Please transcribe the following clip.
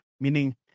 meaning